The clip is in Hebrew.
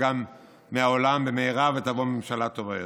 מהעולם במהרה ותבוא ממשלה טובה יותר.